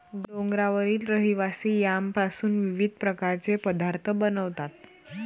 डोंगरावरील रहिवासी यामपासून विविध प्रकारचे पदार्थ बनवतात